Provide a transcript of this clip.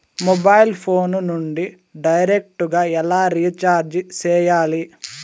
mobile phone నుండి direct గా ఎలా రీచార్జి సేయాలి